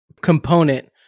component